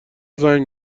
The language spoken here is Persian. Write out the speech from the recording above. زنگ